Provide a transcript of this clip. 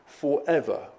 forever